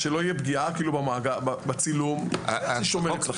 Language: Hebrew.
שלא תהיה פגיעה בצילום שאני שומר אצלי.